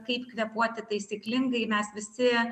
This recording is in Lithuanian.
kaip kvėpuoti taisyklingai mes visi